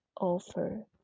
offer